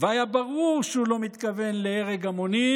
והיה ברור שהוא לא מתכוון להרג המונים,